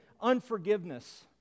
unforgiveness